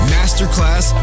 Masterclass